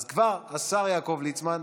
אז כבר, לשר יעקב ליצמן,